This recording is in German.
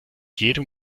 jedem